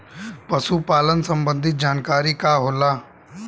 पशु पालन संबंधी जानकारी का होला?